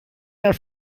mir